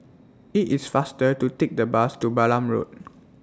IT IS faster to Take The Bus to Balam Road